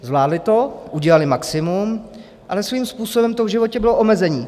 Zvládly to, udělaly maximum, ale svým způsobem to v životě bylo omezení.